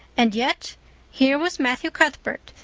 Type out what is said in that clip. and yet here was matthew cuthbert,